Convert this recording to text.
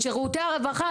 את שירותי הרווחה,